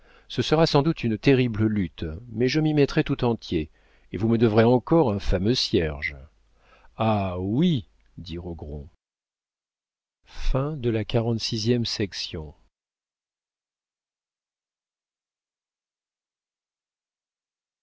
ce sera sans doute une terrible lutte mais je m'y mettrai tout entier et vous me devrez encore un fameux cierge ah oui dit rogron a